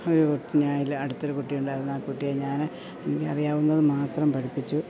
ഒരു കുഞ്ഞായാൽ അടുത്തൊരു കുട്ടിയുണ്ടായിരുന്നു ആ കുട്ടിയെ ഞാൻ എനിക്ക് അറിയാവുന്നതു മാത്രം പഠിപ്പിച്ചു